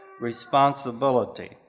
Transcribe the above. responsibility